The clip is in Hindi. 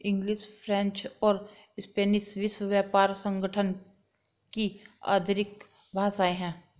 इंग्लिश, फ्रेंच और स्पेनिश विश्व व्यापार संगठन की आधिकारिक भाषाएं है